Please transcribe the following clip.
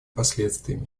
последствиями